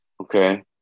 Okay